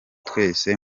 twese